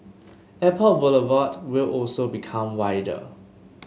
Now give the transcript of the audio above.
Airport Boulevard will also become wider